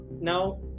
Now